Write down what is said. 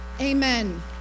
Amen